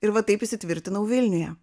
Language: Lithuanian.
ir va taip įsitvirtinau vilniuje